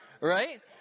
right